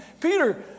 Peter